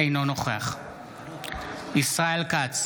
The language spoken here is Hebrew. אינו נוכח ישראל כץ,